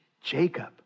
Jacob